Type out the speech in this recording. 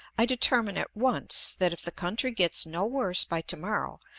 i determine at once that, if the country gets no worse by to-morrow,